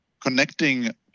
connecting